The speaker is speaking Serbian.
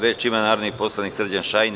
Reč ima narodni poslanik Srđan Šajn.